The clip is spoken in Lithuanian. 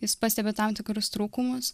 jis pastebi tam tikrus trūkumus